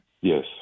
yes